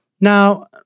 Now